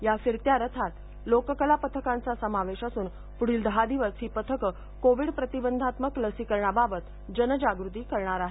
या फिरत्या रथात लोककला पथकांचा समावेश असून पुढील दहा दिवस ही पथक कोविड प्रतिबंधात्मक लसीकरणाबाबत जनजागृती करणार आहे